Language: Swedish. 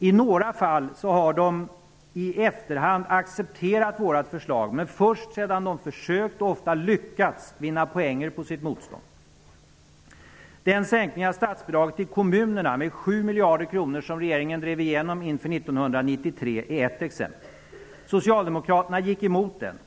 I några fall har de i efterhand accepterat vårt förslag, men först sedan de har försökt -- och ofta lyckats -- vinna poänger på sitt motstånd. 7 miljarder kronor som regeringen drev igenom inför 1993 är ett exempel. Socialdemokraterna gick emot den.